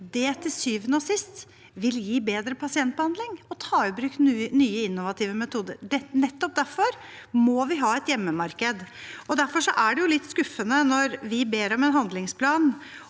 det til syvende og sist vil gi bedre pasientbehandling å ta i bruk nye innovative metoder. Nettopp derfor må vi ha et hjemmemarked. Derfor er det litt skuffende når vi ber om en handlingsplan,